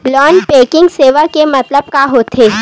Non banking सेवा के मतलब का होथे?